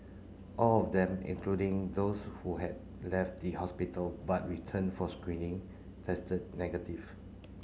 all of them including those who had left the hospital but returned for screening tested negative